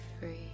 free